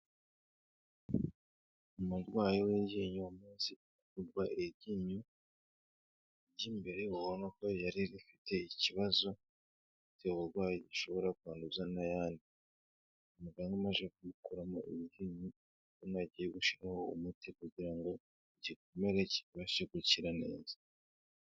Umurwayi w'iryinyo umaze gukurwa iryinyo ry'imbere ubona ko ryari rifite ikibazo cy'uburwayi gishobora kwanduza n'ayandi, umuganga ni we umaze kumukuramo iri ryinyo none agiye gushyiraho umuti kugira ngo igikomere kibashe gukira neza.